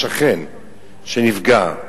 לשכן שנפגע,